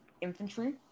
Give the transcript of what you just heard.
infantry